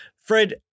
Fred